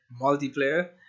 multiplayer